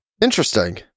Interesting